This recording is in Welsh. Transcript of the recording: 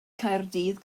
caerdydd